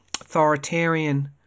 authoritarian